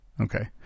Okay